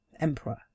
emperor